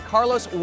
Carlos